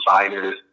designers